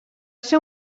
ser